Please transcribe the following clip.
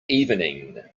evening